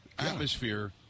atmosphere